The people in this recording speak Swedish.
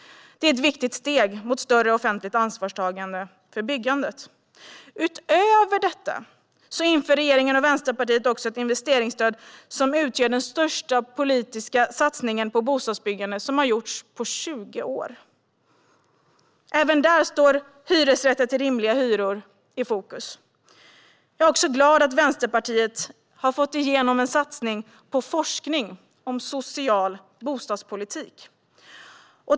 Det är ett viktigt steg mot större offentligt ansvarstagande för byggandet. Utöver detta inför regeringen och Vänsterpartiet också ett investeringsstöd som utgör den största politiska satsning på bostadsbyggande som har gjorts på 20 år. Även där står hyresrätter till rimliga hyror i fokus. Jag är också glad över att vänsterpartiet har fått igenom en satsning på forskning om social bostadspolitik.